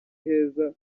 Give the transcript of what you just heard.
heza